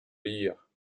lire